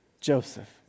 Joseph